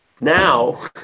now